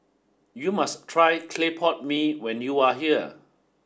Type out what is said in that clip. you must try Clay Pot Mee when you are here